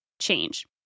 change